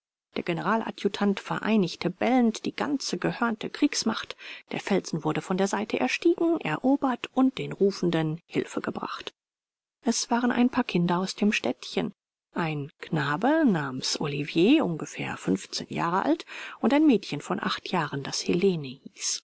der generaladjutant vereinigte bellend die ganze gehörnte kriegsmacht der felsen wurde von der seite erstiegen erobert und den rufenden hilfe gebracht es waren ein paar kinder aus dem städtchen ein knabe samens olivier ungefähr fünfzehn jahre alt und ein mädchen von acht jahren das helene hieß